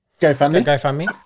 GoFundMe